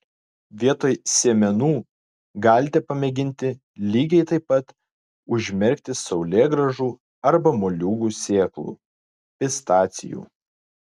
vietoj sėmenų galite pamėginti lygiai taip pat užmerkti saulėgrąžų arba moliūgų sėklų pistacijų